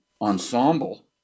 ensemble